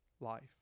life